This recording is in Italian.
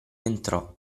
entrò